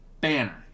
Banner